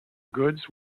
goods